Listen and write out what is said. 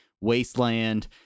wasteland